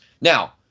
Now